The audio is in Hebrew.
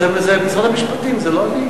זה משרד המשפטים, זה לא אני.